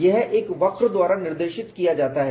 यह एक वक्र द्वारा निर्देशित किया जाता है